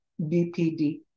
BPD